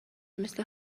مثل